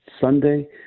Sunday